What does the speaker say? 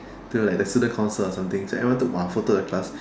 to like the student council or something so everyone took like one photo of the class